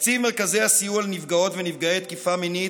תקציב מרכזי הסיוע לנפגעות ונפגעי תקיפה מינית